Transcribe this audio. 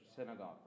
Synagogue